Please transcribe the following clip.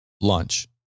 lunch